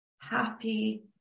happy